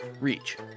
reach